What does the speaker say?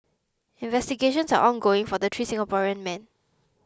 investigations are ongoing for the three Singaporean men